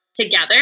together